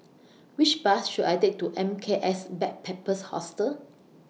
Which Bus should I Take to M K S Backpackers Hostel